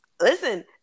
Listen